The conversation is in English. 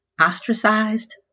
ostracized